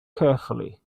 carefully